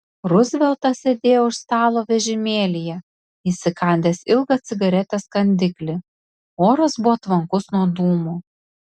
ruzveltas sėdėjo už stalo vežimėlyje įsikandęs ilgą cigaretės kandiklį oras buvo tvankus nuo dūmų